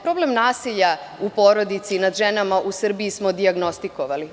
Problem nasilja u porodici i nad ženama u Srbiji smo dijagnostikovali.